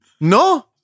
No